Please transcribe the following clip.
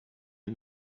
you